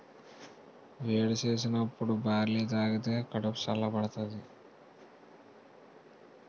వేడి సేసినప్పుడు బార్లీ తాగిదే కడుపు సల్ల బడతాది